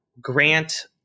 Grant